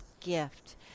gift